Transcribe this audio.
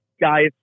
guys